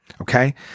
Okay